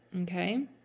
Okay